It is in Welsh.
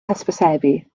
hysbysebu